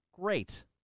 Great